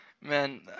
Man